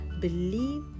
believe